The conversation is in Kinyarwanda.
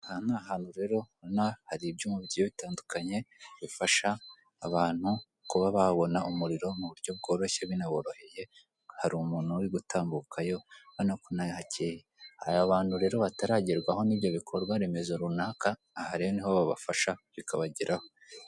Aha ni ahantu rero, ubona hari ibyuma bigiye bitandukanye bifasha abantu kuba babona umuriro mu buryo bworoshye binaboroheye. Hari umuntu uri gutambukayo, urabona ko naho hakeye. Hari abantu rero bataragerwaho n'ibyo bikorwaremezo runaka, aha rero niho babafasha bikabageraho.